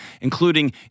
including